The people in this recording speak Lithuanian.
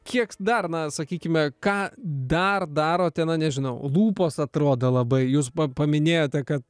kiek dar na sakykime ką dar darote na nežinau lūpos atrodo labai jūs paminėjote kad